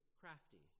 crafty